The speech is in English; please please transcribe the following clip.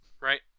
right